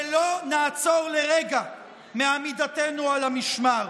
ולא נעצור לרגע מעמידתנו על המשמר.